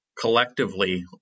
collectively